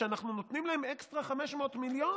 כשאנחנו נותנים להם אקסטרה 500 מיליון